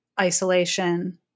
isolation